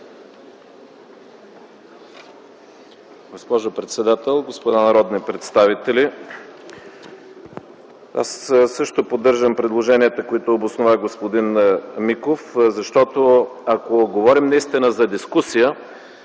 Аз също поддържам предложенията, които обоснова господин Миков, защото ако говорим наистина за дискусия,